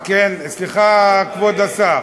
סליחה, כבוד השר.